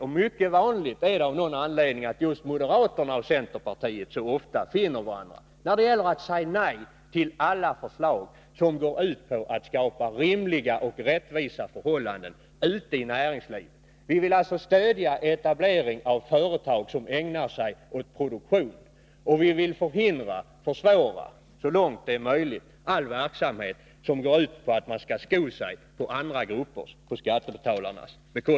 Och mycket vanligt är det av någon anledning att just moderaterna och centerpartiet så ofta finner varandra när det gäller att säga nej till alla förslag som går ut på att skapa rimliga och rättvisa förhållanden ute i näringslivet. Vi vill stödja etablering av företag som ägnar sig åt produktion, och vi vill. Nr 49 så långt det är möjligt förhindra och försvåra all verksamhet som går ut på att Tisdagen den man skall sko sig på skattebetalarna.